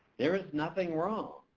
there is nothing wrong.